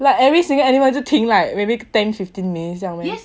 like every single animal 就停 like maybe ten fifteen minutes 这样 meh